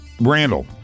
Randall